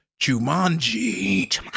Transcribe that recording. Jumanji